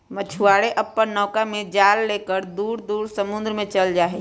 मछुआरे अपन नौका में जाल लेकर बहुत दूर समुद्र में चल जाहई